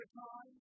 time